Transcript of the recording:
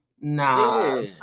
nah